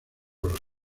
los